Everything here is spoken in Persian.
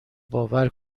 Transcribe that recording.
باور